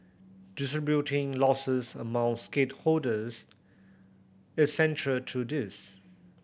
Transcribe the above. distributing losses among stakeholders is central to this